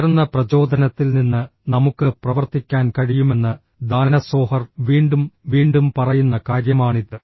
ഉയർന്ന പ്രചോദനത്തിൽ നിന്ന് നമുക്ക് പ്രവർത്തിക്കാൻ കഴിയുമെന്ന് ദാന സോഹർ വീണ്ടും വീണ്ടും പറയുന്ന കാര്യമാണിത്